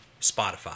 Spotify